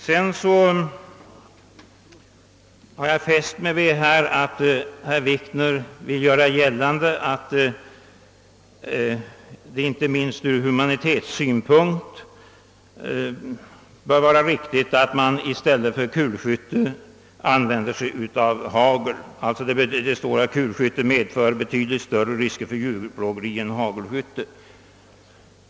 Vidare har jag fäst mig vid att herr Wikner vill göra gällande att man inte minst ur humanitär synpunkt bör använda kula i stället för hagel; det står i motionen att kulskytte »medför betydligt större risker för djurplågeri än hagelskytte».